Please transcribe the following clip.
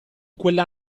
quella